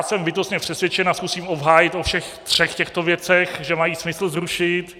Jsem bytostně přesvědčen, a zkusím obhájit o všech třech těchto věcech, že mají smysl zrušit.